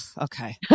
Okay